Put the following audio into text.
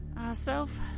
Ourself